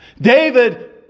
David